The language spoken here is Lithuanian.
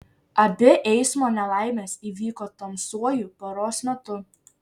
abi eismo nelaimės įvyko tamsiuoju paros metu